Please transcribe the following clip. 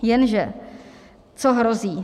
Jenže co hrozí?